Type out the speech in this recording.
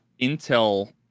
Intel